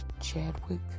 Chadwick